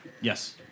Yes